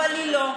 אבל היא לא,